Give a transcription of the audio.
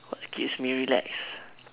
what keeps me relax